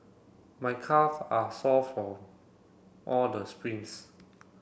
my calve are sore from all the sprints